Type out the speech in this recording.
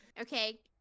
Okay